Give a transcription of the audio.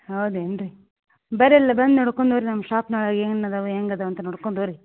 ಹೌದು ಏನು ರೀ ಬೇರೆಲ್ಲ ಬಂದು ನೋಡ್ಕೊಂಡು ಹೊಗ್ರಿ ನಮ್ಮ ಶೋಪ್ನ ಒಳಗೆ ಏನು ಅದಾವೆ ಹೆಂಗೆ ಅದಾವೆ ಅಂತ ನೋಡ್ಕೊಂಡು ಹೊಗ್ರಿ